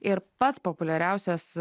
ir pats populiariausias